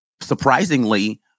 Surprisingly